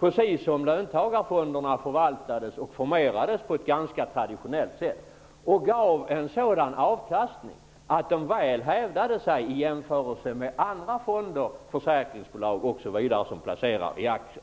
precis som löntagarfonderna förvaltades och formerades. Den gav en sådan avkastning att den hävdade sig väl i jämförelse med andra fonder, försäkringsbolag osv., som placerar i aktier.